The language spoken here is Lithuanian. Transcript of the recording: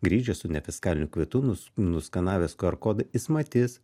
grįžęs su ne fiskaliniu kvitu nus nuskanavęs kuer kodą jis matys